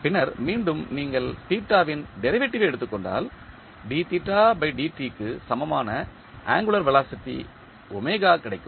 பின்னர் மீண்டும் நீங்கள் வின் டெரிவேட்டிவ் எடுத்துக் கொண்டால் க்கு சமமான ஆங்குளர் வெலாசிட்டிகிடைக்கும்